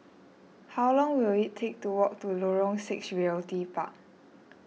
how long will it take to walk to Lorong six Realty Park